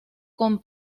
con